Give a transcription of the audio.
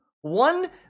one